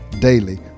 Daily